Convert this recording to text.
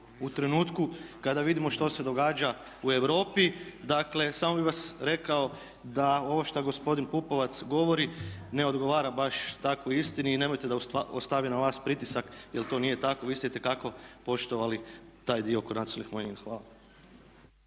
u trenutku kada vidimo što se događa u Europi. Dakle, samo bih vam rekao da ovo što gospodin Pupovac ne odgovara baš tako istini i nemojte da ostavi na vas pritisak jer to nije tako, vi ste itekako poštovali taj dio oko nacionalnih manjina. Hvala.